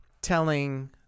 telling